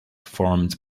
formed